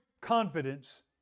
confidence